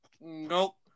Nope